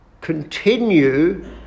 continue